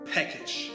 Package